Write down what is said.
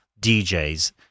DJs